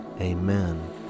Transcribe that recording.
Amen